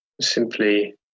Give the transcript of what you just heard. Simply